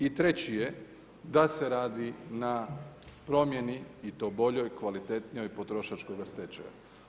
I treći je da se radi na promjeni i to boljoj, kvalitetnijoj potrošačkoga stečaja.